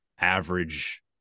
average